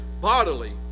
bodily